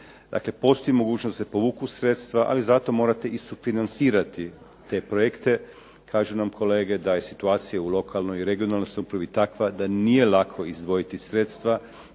postoji mogućnost da se povuku sredstva ali zato morate i sufinancirati te projekte. Kažu nam kolege da je situacija u lokalnoj i regionalnoj samoupravi takva da nije lako izdvojiti sredstva